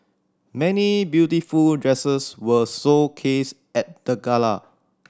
many beautiful dresses were showcased at the gala